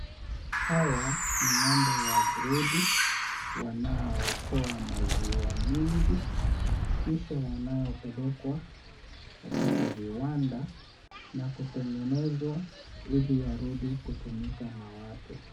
Hawa ni ng'ombe wa gredi wanaotoa maziwa mingi kisha yanayopelekwa katika viwanda na kutengenezwa ili yarudi kutumika na watu.